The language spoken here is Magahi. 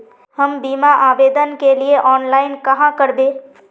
हम बीमा आवेदान के लिए ऑनलाइन कहाँ करबे?